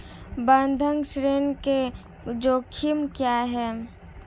बंधक ऋण के जोखिम क्या हैं?